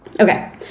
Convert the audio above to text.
okay